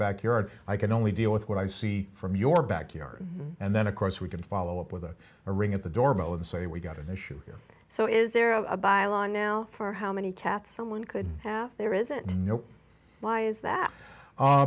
backyard i can only deal with what i see from your backyard and then of course we can follow up with a ring at the doorbell and say we've got an issue here so is there a by line now for how many cats someone could have there isn't no why is that